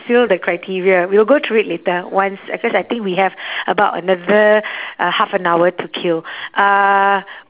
fill the criteria we'll go through it later once uh cause I think we have about another uh half an hour to kill uh